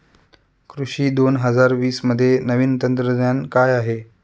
कृषी दोन हजार वीसमध्ये नवीन तंत्रज्ञान काय आहे?